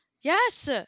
Yes